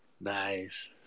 Nice